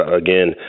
again